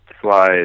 slide